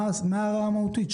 מה ההערה המהותית?